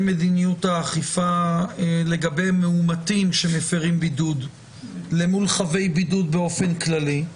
מדיניות האכיפה לגבי מאומתים שמפירים בידוד למול חבי בידוד באופן כללי.